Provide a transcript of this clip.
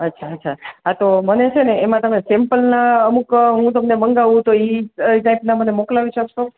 અચ્છા અચ્છા હા તો મને છેને એમા તમે સેમ્પલના અમુક હું તમને મંગાવું તો ઇ એ ટાઈપના મને મોકલાવી સકસો